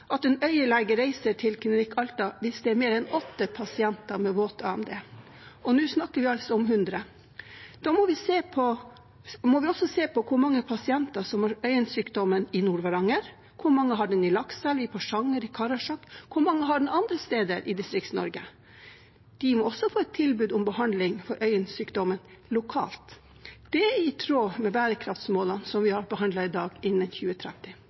at det vil lønne seg økonomisk at en øyenlege reiser til Klinikk Alta hvis det er mer enn 8 pasienter med våt AMD, og nå snakker vi altså om 100. Da må vi også se på hvor mange pasienter som har øyensykdommen i Nord-Varanger, hvor mange har den i Lakselv, i Porsanger, i Karasjok – hvor mange har den andre steder i Distrikts-Norge? De må også få et tilbud om behandling for øyensykdommen lokalt. Det er i tråd med bærekraftsmålene, som vi har behandlet i dag, innen 2030.